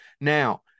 Now